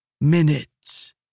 Minutes